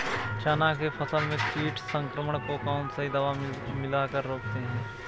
चना के फसल में कीट संक्रमण को कौन सी दवा मिला कर रोकते हैं?